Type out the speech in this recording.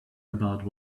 about